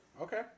Okay